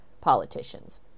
politicians